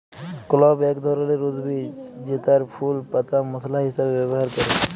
clove এক ধরলের উদ্ভিদ জেতার ফুল পাতা মশলা হিসাবে ব্যবহার ক্যরে